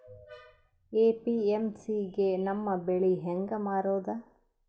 APMC ಗೆ ನಮ್ಮ ಬೆಳಿ ಹೆಂಗ ಮಾರೊದ?